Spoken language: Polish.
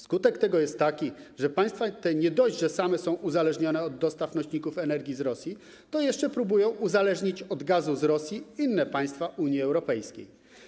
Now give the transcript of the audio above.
Skutek tego jest taki, że państwa te nie dość, że same są uzależnione od dostaw nośników energii z Rosji, to jeszcze próbują uzależnić od gazu z Rosji inne państwa Unii Europejskiej.